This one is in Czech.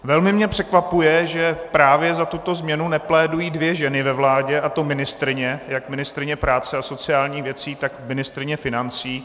Velmi mě překvapuje, že právě za tuto změnu neplédují dvě ženy ve vládě, a to ministryně jak ministryně práce a sociálních věcí, tak ministryně financí.